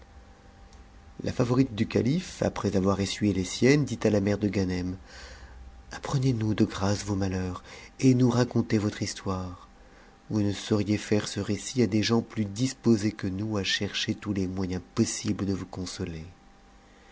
la favorite du calife après avoir essuyé les siennes dit à la mère de ganem apprenez nous de grâce vos malheurs et nous racontez votre histoire vous ne sauriez faire ce récit à des gens plus disposés que nous à chercher tous tes moyens possibles de vous consoler